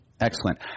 Excellent